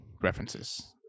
references